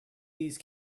these